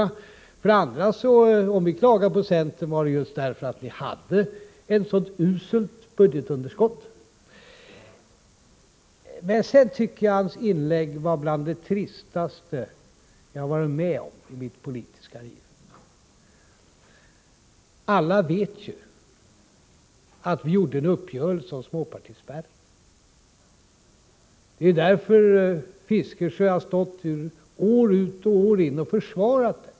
För det andra vill jag säga att om vi klagar på centern, beror det just på att det under er tid i regeringsställning var så uselt ställt i fråga om budgetunderskottet. Jag tycker att Fälldins inlägg hör till det tristaste jag har varit med om i mitt politiska liv. Alla vet ju att vi träffade en uppgörelse om småpartispärren. Det är därför Fiskesjö år ut och år in försvarat spärren.